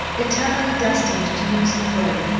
eternally destined to lose her way,